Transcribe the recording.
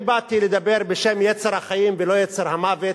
ואני באתי לדבר בשם יצר החיים ולא יצר המוות.